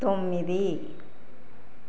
తొమ్మిది